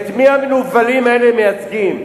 את מי המנוולים האלה מייצגים?